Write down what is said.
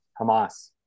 Hamas